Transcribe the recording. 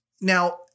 Now